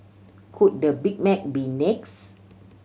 could the Big Mac be next